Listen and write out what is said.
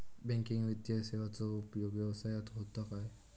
Banking वित्तीय सेवाचो उपयोग व्यवसायात होता काय?